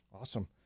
Awesome